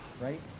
right